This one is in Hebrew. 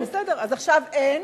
בסדר, אז עכשיו אין.